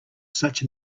such